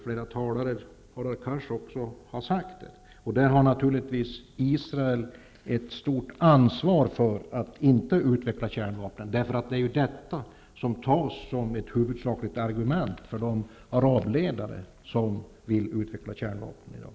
Israel har naturligtvis ett stort ansvar för att inte utveckla kärnvapen. Det är Israel som anförs som ett huvudsakligt argument av de arabledare som vill utveckla kärnvapen i dag.